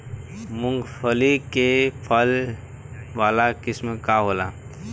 मूँगफली के फैले वाला किस्म का होला?